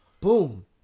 boom